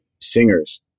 singers